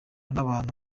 n’abantu